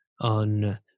on